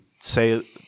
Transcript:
say